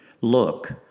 Look